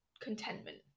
contentment